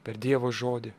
per dievo žodį